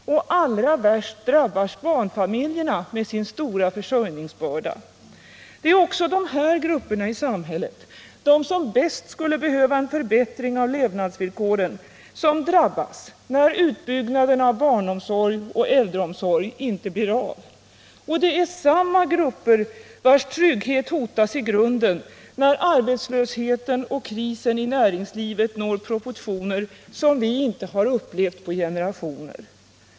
Allra värst drabbas barnfamiljerna med sin stora försörjningsbörda. De grupper i samhället, som bäst skulle behöva en förbättring av levnadsvillkoren, är de som drabbas när utbyggnaden av t.ex. barnomsorgen och äldreomsorgen inte blir av. Och det är samma grupper vilkas trygghet hotas i grunden när arbetslösheten och krisen i näringslivet når proportioner som vi inte upplevt på generationer.